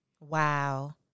Wow